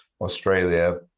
Australia